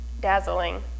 dazzling